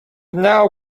now